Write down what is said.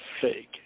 fake